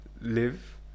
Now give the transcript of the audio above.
live